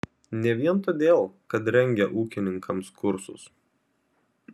ne vien todėl kad rengia ūkininkams kursus